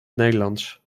nederlands